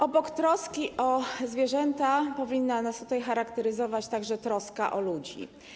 Obok troski o zwierzęta powinna nas charakteryzować także troska o ludzi.